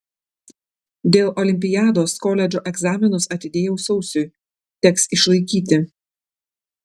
dėl olimpiados koledžo egzaminus atidėjau sausiui teks išlaikyti